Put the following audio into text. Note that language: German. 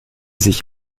sich